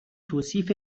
توصیف